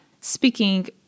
Speaking